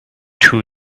too